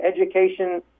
education